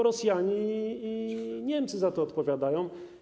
Rosjanie i Niemcy za to odpowiadają.